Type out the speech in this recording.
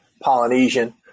Polynesian